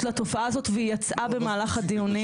לתופעה הזאת והיא יצאה במהלך הדיונים.